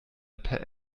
per